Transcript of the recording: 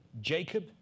Jacob